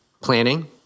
planning